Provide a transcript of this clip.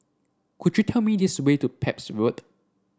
could you tell me this way to Pepys Road